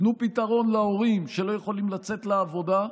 תנו פתרון להורים שלא יכולים לצאת לעבודה,